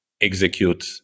execute